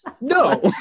No